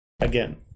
again